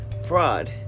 fraud